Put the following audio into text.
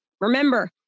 Remember